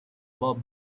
bob